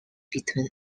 between